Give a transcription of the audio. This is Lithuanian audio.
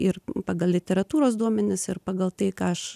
ir pagal literatūros duomenis ir pagal tai ką aš